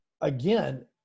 Again